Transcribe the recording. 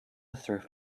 thrift